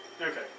Okay